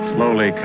Slowly